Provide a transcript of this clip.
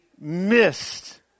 missed